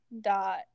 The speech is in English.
dot